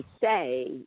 say